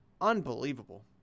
Unbelievable